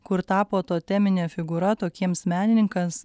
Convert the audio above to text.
kur tapo totemine figūra tokiems menininkas